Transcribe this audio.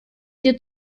dir